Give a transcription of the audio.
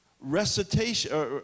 recitation